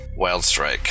Wildstrike